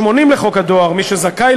במסירה מוטעית של דבר דואר מוגבלת בהתאם לסעיף 78